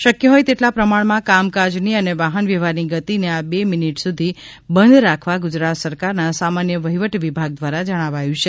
શકય હોય તેટલા પ્રમાણમાં કામકાજની અને વાહનવ્યવહારની ગતિને આ બે મિનિટ સુધી બંધ રાખવા ગુજરાત સરકારના સામાન્ય વહીવટ વિભાગ દ્વારા જણાવાયું છે